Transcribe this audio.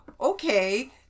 Okay